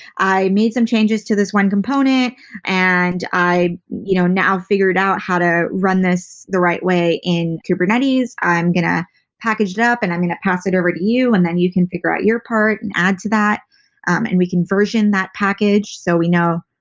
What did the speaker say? i made some changes to this one component and i, you know, now figured out how to run this the right way in kubernetes. i'm going to package it up and i'm going to pass it over to you and then you can figure out your part and add to that um and we can version that package so we know,